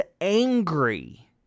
angry